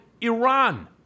Iran